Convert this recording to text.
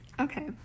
okay